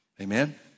Amen